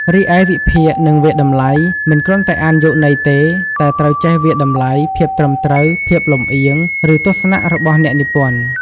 រីឯ វិភាគ និងវាយតម្លៃ មិនគ្រាន់តែអានយកន័យទេ តែត្រូវចេះវាយតម្លៃភាពត្រឹមត្រូវ ភាពលំអៀង ឬទស្សនៈរបស់អ្នកនិពន្ធ។